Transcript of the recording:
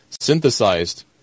synthesized